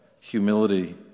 humility